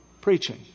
preaching